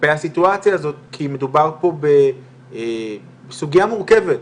כלפי הסיטואציה הזאת כי מדובר פה בסוגיה מורכבת,